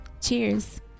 Cheers